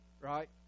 right